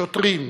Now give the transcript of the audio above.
שוטרים,